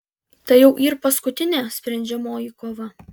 tai jau yr paskutinė sprendžiamoji kova